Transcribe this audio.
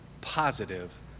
positive